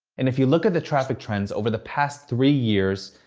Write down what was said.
and if you look at the traffic trends over the past three years,